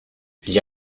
gli